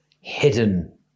hidden